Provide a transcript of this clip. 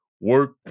Work